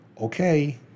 okay